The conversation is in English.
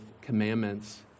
commandments